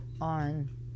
on